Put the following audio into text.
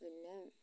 പിന്നെ